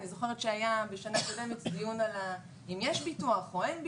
אני זוכרת שהיה בשנה קודמת דיון אם יש ביטוח או אין ביטוח,